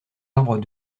arbres